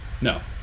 No